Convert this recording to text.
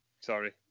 sorry